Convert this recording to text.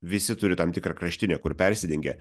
visi turi tam tikrą kraštinę kur persidengia